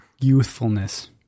Youthfulness